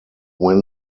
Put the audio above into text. win